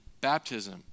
baptism